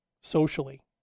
socially